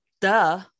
Duh